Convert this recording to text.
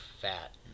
fat